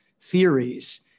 theories